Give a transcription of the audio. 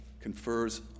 confers